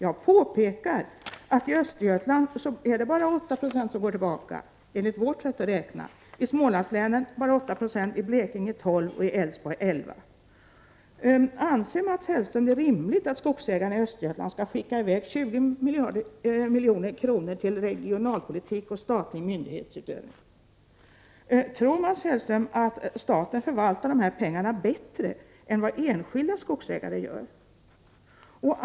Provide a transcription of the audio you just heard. Jag påpekar att i Östergötland är det bara 8 26 som går tillbaka enligt vårt sätt att räkna. I Smålandslänen är det 8 26, i Blekinge 12 Zo och i Älvsborgs län 11 96. Anser Mats Hellström det rimligt att skogsägarna i Östergötland skall skicka i väg 20 milj.kr. till regionalpolitik och statlig myndighetsutövning? Tror Mats Hellström att staten förvaltar dessa pengar bättre än vad enskilda skogsägare gör?